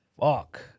Fuck